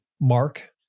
Mark